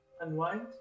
unwind